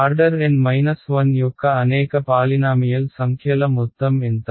order N 1 యొక్క అనేక polynomial సంఖ్యల మొత్తం ఎంత